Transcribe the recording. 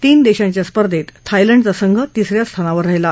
तीन देशांच्या स्पर्धेत थायलंडचा संध तिसऱ्या स्थानावर राहिला